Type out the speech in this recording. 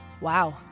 Wow